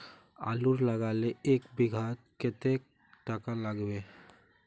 आलूर लगाले एक बिघात कतेक टका लागबे?